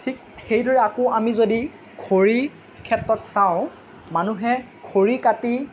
ঠিক সেইদৰেই আকৌ আমি যদি খৰি ক্ষেত্ৰত চাওঁ মানুহে খৰি কাটি